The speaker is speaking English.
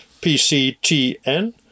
PCTN